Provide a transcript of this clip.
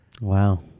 Wow